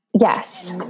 Yes